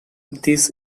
this